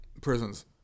Prisons